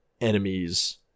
enemies